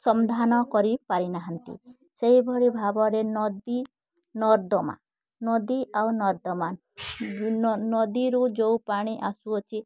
ସନ୍ଧାନ କରି ପାରିନାହାଁନ୍ତି ସେହି ଭଳି ଭାବରେ ନଦୀ ନର୍ଦ୍ଦମା ନଦୀ ଆଉ ନର୍ଦ୍ଦମା ନଦୀରୁ ଯେଉଁ ପାଣି ଆସୁଅଛି